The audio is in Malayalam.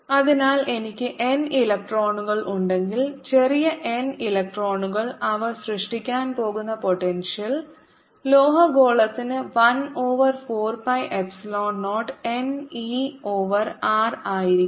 അതിനാൽ എനിക്ക് n ഇലക്ട്രോണുകൾ ഉണ്ടെങ്കിൽ ചെറിയ n ഇലക്ട്രോണുകൾ അവ സൃഷ്ടിക്കാൻ പോകുന്ന പോട്ടെൻഷ്യൽ ലോഹഗോളത്തിന് 1 over 4 pi epsilon 0 n e over R ആയിരിക്കും